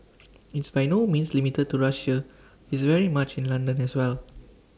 it's by no means limited to Russia it's very much in London as well